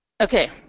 Okay